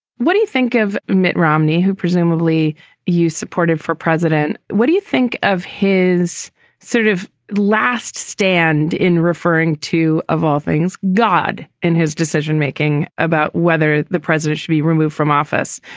what do you think of mitt romney, who presumably you supported for president? what do you think of his sort of last stand in referring to, of all things god and his decision making about whether the president should be removed from office?